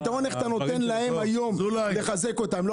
הפתרון זה איך אתה נותן להם היום לחזק אותם,